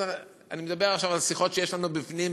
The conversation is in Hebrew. אני מדבר עכשיו על שיחות שיש לנו בפנים,